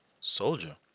Soldier